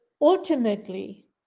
ultimately